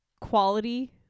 quality